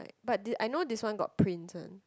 but th~ I know this one got prints one